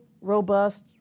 robust